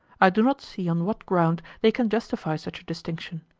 i do not see on what ground they can justify such a distinction,